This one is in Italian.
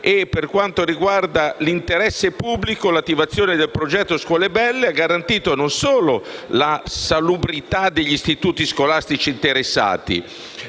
Per quanto riguarda l'interesse pubblico, l'attivazione del progetto scuole belle ha garantito non solo la salubrità degli istituti scolastici interessati,